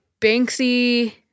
Banksy